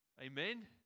Amen